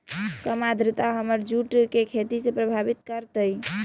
कम आद्रता हमर जुट के खेती के प्रभावित कारतै?